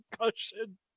concussion